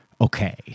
okay